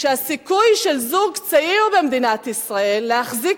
שהסיכוי של זוג צעיר במדינת ישראל להחזיק